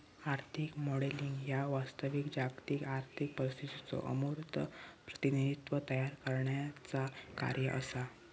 आर्थिक मॉडेलिंग ह्या वास्तविक जागतिक आर्थिक परिस्थितीचो अमूर्त प्रतिनिधित्व तयार करण्याचा कार्य असा